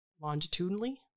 longitudinally